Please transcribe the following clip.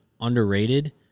underrated